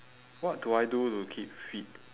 what do I do to keep fit